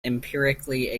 empirically